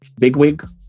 bigwig